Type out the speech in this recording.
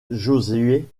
josué